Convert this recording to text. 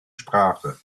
sprache